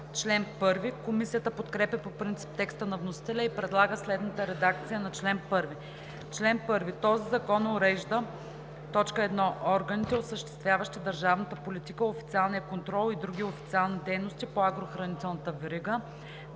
Комисията подкрепя по принцип текста на вносителя и предлага следната редакция на чл. 1: „Чл. 1. Този закон урежда: 1. органите, осъществяващи държавната политика, официалния контрол и други официални дейности по агрохранителната верига;